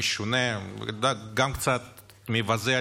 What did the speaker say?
המשונה וגם קצת מבזה,